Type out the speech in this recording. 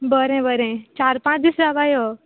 बरें बरें चार पांच दीस रावपा यो